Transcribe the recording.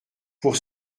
pour